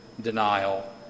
denial